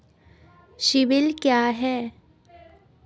CIBIL क्या है?